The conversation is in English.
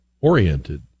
oriented